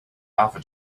alpha